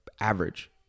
average